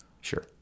Sure